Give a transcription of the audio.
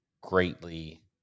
greatly